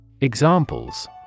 Examples